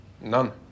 None